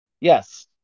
Yes